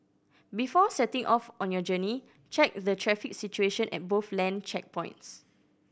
before setting off on your journey check the traffic situation at both land checkpoints